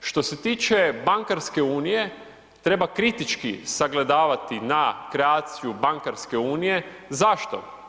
Što se tiče bankarske unije, treba kritički sagledavati na kreaciju bankarske unije, zašto?